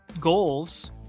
goals